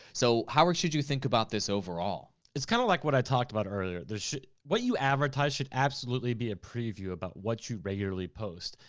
so how else should you think about this overall? it's kinda like what i talked about earlier. what you advertise should absolutely be a preview about what you regularly post,